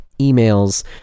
emails